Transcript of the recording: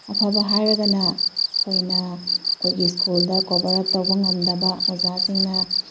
ꯑꯐꯕ ꯍꯥꯏꯔꯒꯅ ꯑꯩꯈꯣꯏꯅ ꯑꯩꯈꯣꯏꯒꯤ ꯁ꯭ꯀꯨꯜꯗ ꯀꯣꯚꯔ ꯑꯞ ꯇꯧꯕ ꯉꯝꯗꯕ ꯑꯣꯖꯥꯁꯤꯡꯅ